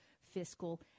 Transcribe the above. fiscal